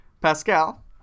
Pascal